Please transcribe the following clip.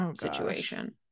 situation